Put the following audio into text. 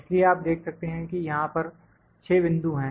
इसलिए आप देख सकते हैं कि यहां पर 6 बिंदु हैं